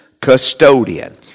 custodian